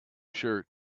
shirt